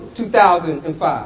2005